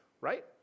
right